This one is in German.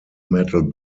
metal